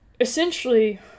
Essentially